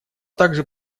также